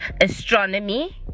astronomy